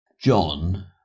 John